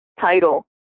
title